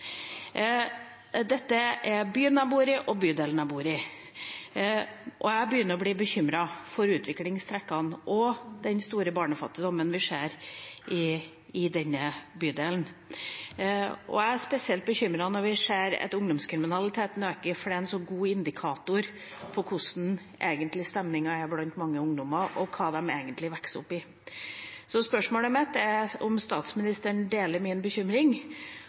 Dette er byen jeg bor i og bydelen jeg bor i, og jeg begynner å bli bekymret for utviklingstrekkene og den store barnefattigdommen vi ser i denne bydelen. Jeg er spesielt bekymret når vi ser at ungdomskriminaliteten øker, for den er en så god indikator på hvordan stemningen egentlig er blant mange ungdommer og hva de egentlig vokser opp i. Spørsmålet mitt er om statsministeren deler min bekymring,